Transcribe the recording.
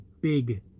big